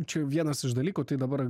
čia vienas iš dalykų tai dabar